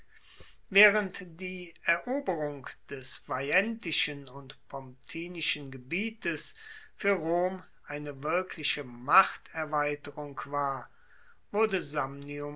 waehrend die eroberung des veientischen und pomptinischen gebietes fuer rom eine wirkliche machterweiterung war wurde